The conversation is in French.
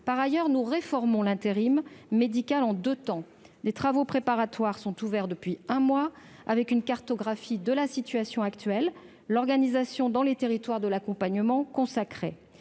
Par ailleurs, nous réformons l'intérim médical, en deux temps. Des travaux préparatoires sont ouverts depuis un mois : une cartographie de la situation actuelle sera dressée et l'organisation de l'accompagnement dans les